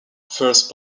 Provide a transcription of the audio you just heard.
first